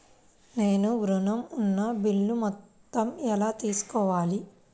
నేను ఋణం ఉన్న బిల్లు మొత్తం ఎలా తెలుసుకోవాలి?